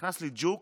נכנס לי ג'וק,